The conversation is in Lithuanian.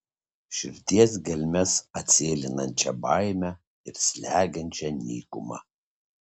širdies gelmes atsėlinančią baimę ir slegiančią nykumą